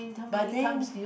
but then